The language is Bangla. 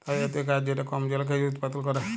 তালজাতীয় গাহাচ যেট কম জলে খেজুর উৎপাদল ক্যরে